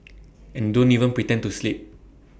and don't even pretend to sleep